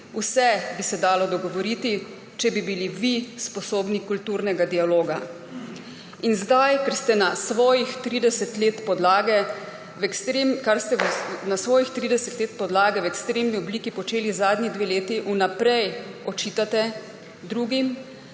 Vse bi se dalo dogovoriti, če bi bili vi sposobni kulturnega dialoga. In zdaj to, kar ste na svojih 30 let podlage v ekstremni obliki počeli zadnji dve leti, vnaprej očitate drugim